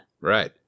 Right